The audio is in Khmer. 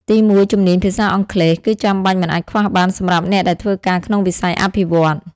ទីមួយជំនាញភាសាអង់គ្លេស គឺចាំបាច់មិនអាចខ្វះបានសម្រាប់អ្នកដែលធ្វើការក្នុងវិស័យអភិវឌ្ឍន៍។